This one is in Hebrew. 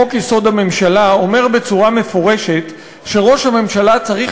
חוק-יסוד: הממשלה אומר בצורה מפורשת שראש הממשלה צריך